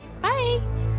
Bye